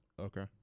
Okay